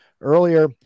earlier